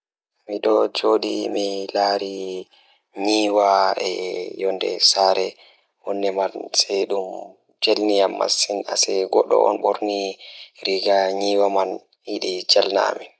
Moƴƴaare ngal rewɓe ngal, Mi waɗi njiddaade ngam ɗum rewɓe ngal njidaade. Ko ngal ngal rewɓe ngal nguurndam ngal rewɓe ngal, Ko nguurndam ngal njiddaade ngal rewɓe.